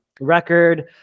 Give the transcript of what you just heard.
Record